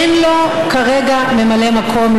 אין לו כרגע ממלא מקום,